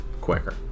quicker